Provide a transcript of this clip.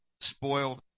spoiled